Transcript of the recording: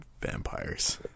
Vampires